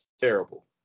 terrible